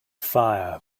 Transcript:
fire